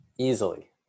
Easily